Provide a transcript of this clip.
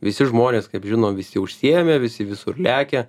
visi žmonės kaip žinom visi užsiėmę visi visur lekia